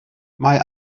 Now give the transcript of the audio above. mae